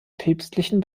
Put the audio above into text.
päpstlichen